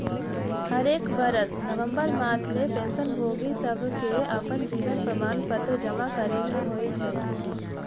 हरेक बरस नवंबर मास में पेंशन भोगि सभके अप्पन जीवन प्रमाण पत्र जमा करेके होइ छइ